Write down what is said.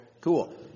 Cool